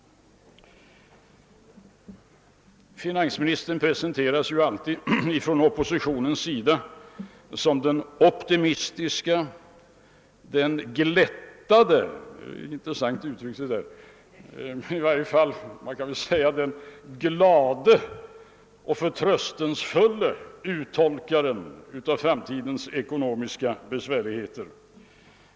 Finansministern presenteras ju alltid från oppositionens sida som den optimistiske, den glättade — det är ett intressant uttryck, det där — i varje fall som den glade och förtröstansfulle uttolkaren av framtidens ekonomiska besvärligheter.